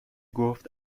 گفت